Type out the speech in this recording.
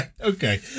okay